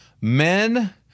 Men